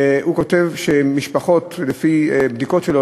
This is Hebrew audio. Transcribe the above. והוא כותב שלפי בדיקות שלו,